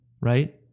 right